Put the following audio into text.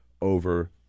over